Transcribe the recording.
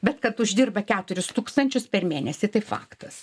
bet kad uždirba keturis tūkstančius per mėnesį tai faktas